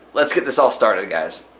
let's get this all started guys.